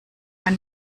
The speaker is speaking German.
ein